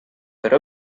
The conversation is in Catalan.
per